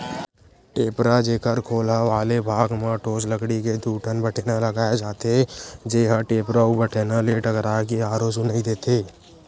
टेपरा, जेखर खोलहा वाले भाग म ठोस लकड़ी के दू ठन बठेना लगाय जाथे, जेहा टेपरा अउ बठेना ले टकरा के आरो सुनई देथे